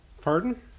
pardon